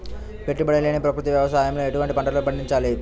పెట్టుబడి లేని ప్రకృతి వ్యవసాయంలో ఎటువంటి పంటలు పండించాలి?